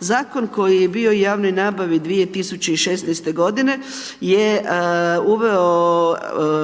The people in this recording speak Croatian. Zakon koji je bio o javnoj nabavi 2016. g. je uveo